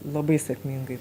labai sėkmingai